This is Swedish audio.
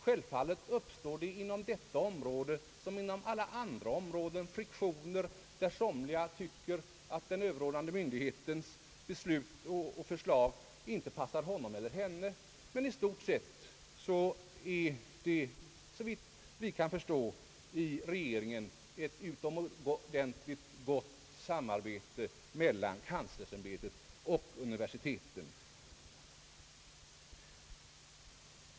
Självfallet uppstår det inom detta som inom alla andra områden friktioner, där somliga tycker att den överordnade myndighetens beslut och förslag inte passar honom eller henne, men i stort sett är det, såvitt vi i regeringen kan förstå, ett utomordentligt gott samarbete mellan kanslersämbetet och universiteten.